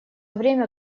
время